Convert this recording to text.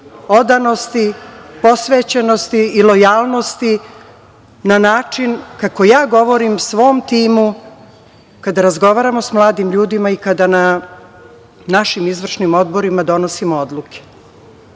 odanosti, posvećenosti i lojalnosti na način kako ja govorim svom timu kad razgovaramo sa mladim ljudima i kada na našim izvršnim odborima donosimo